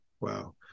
Wow